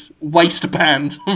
waistband